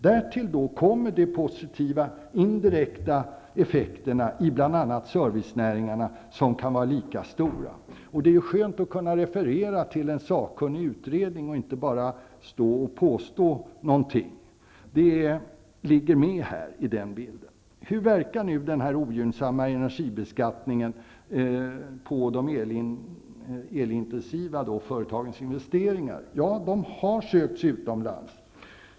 Därtill kommer de positiva, indirekta effekterna i bl.a. servicenäringarna, som kan vara lika stora. Det är skönt att kunna referera till en sakkunnig utredning i stället för att bara påstå någonting. Detta finns med i bilden. Hur verkar nu denna ogynnsamma energibeskattning på de elintensiva företagens investeringar? Ja, dessa företag har sökt sig utomlands.